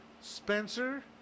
Spencer